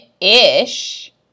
ish